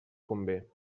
convé